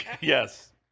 Yes